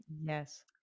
Yes